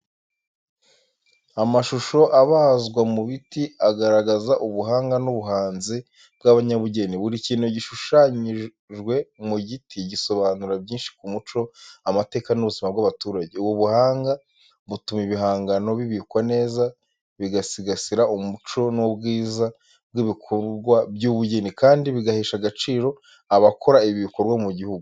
Amashusho abazwa mu biti, agaragaza ubuhanga n’ubuhanzi bw’abanyabugeni. Buri kintu gishushanyijwe mu giti gisobanura byinshi ku muco, amateka n’ubuzima bw’abaturage. Ubu buhanga butuma ibihangano bibikwa neza, bigasigasira umuco n’ubwiza bw’ibikorwa by’ubugeni, kandi bigahesha agaciro abakora ibi bikorwa mu gihugu.